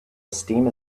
esteem